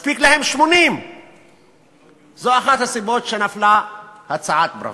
מספיק להם 80. זו אחת הסיבות שנפלה הצעת פראוור.